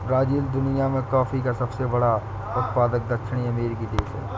Brazil दुनिया में coffee का सबसे बड़ा उत्पादक दक्षिणी अमेरिकी देश है